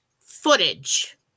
footage